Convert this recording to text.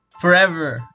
forever